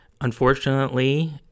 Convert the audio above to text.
Unfortunately